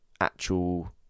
actual